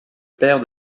père